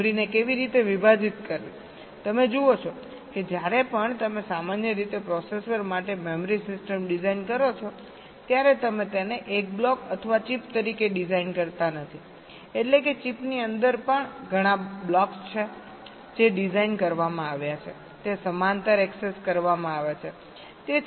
મેમરીને કેવી રીતે વિભાજીત કરવી તમે જુઓ છો કે જ્યારે પણ તમે સામાન્ય રીતે પ્રોસેસર માટે મેમરી સિસ્ટમ ડિઝાઇન કરો છો ત્યારે તમે તેને એક બ્લોક અથવા ચિપ તરીકે ડિઝાઇન કરતા નથી એટલે કે ચિપની અંદર પણ ઘણા બ્લોક્સ છે જે ડિઝાઇન કરવામાં આવ્યા છે તે સમાંતર એક્સેસ કરવામાં આવે છે